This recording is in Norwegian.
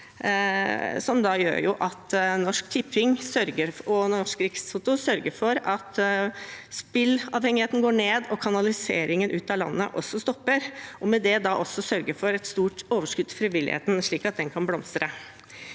som gjør at Norsk Tipping og Norsk Rikstoto sørger for at spillavhengigheten går ned og kanaliseringen ut av landet også stopper. Med det sørger vi for et stort overskudd til frivilligheten, slik at den kan blomstre.